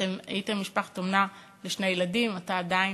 ואתם הייתם משפחת אומנה לשני ילדים, אתה עדיין.